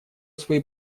свои